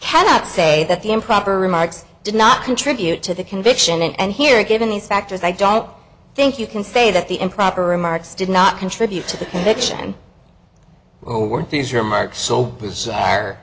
cannot say that the improper remarks did not contribute to the conviction and here given these factors i don't think you can say that the improper remarks did not contribute to the conviction or weren't these remarks so bizarre